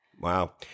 Wow